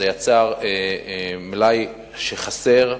זה יצר חוסר מלאי,